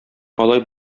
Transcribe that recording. алай